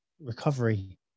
recovery